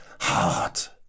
heart